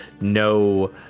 no